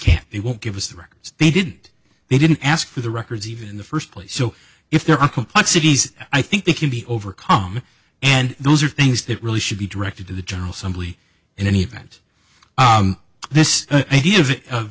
can't they won't give us the records they didn't they didn't ask for the records even in the first place so if there are complexities i think it can be overcome and those are things that really should be directed to the general somebody in any event this idea of